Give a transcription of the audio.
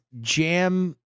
jam